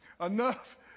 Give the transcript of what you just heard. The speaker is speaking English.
Enough